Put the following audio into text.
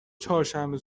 چهارشنبه